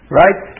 right